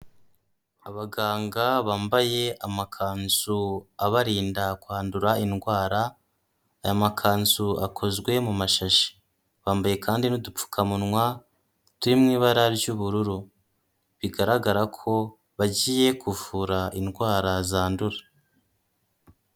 Abaganga bambaye amakanzu abarinda kwandura indwara, aya makanzu akozwe mu mashashi, bambaye kandi n'udupfukamunwa turi mu ibara ry'ubururu, bigaragara ko bagiye kuvura indwara zandura.